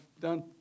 done